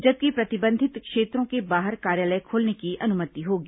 जबकि प्रतिबंधित क्षेत्रों के बाहर कार्यालय खोलने की अनुमति होगी